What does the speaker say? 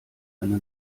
eine